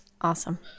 awesome